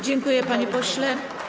Dziękuję, panie pośle.